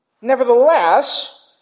Nevertheless